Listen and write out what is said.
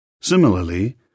Similarly